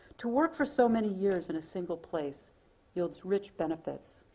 to work for so many years in a single place builds rich benefits.